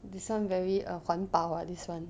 this [one] very uh 环保 ah this [one]